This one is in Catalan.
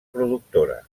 productora